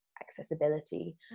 accessibility